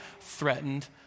threatened